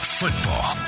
football